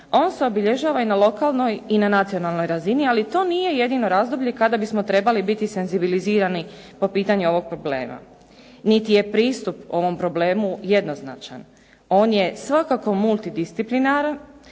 On se obilježava i na lokalnoj i na nacionalnoj razini, ali to nije jedino razdoblje kada bismo trebali biti senzibilizirani po pitanju ovog problema niti je pristup ovom problemu jednoznačan. On je svakako multidisciplinaran,